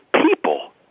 people